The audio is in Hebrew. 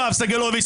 יואב סגלוביץ',